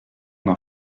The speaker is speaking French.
d’en